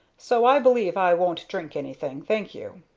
so i believe i won't drink anything, thank you.